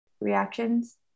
reactions